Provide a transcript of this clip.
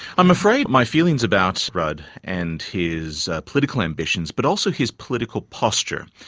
i'm afraid my feelings about so rudd and his political ambitions, but also his political posture,